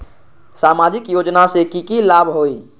सामाजिक योजना से की की लाभ होई?